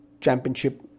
Championship